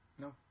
No